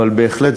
אבל בהחלט,